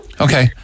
Okay